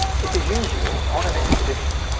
it is usual, on an expedition,